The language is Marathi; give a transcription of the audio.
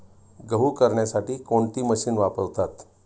गहू करण्यासाठी कोणती मशीन वापरतात?